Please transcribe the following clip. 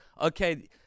Okay